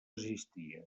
existia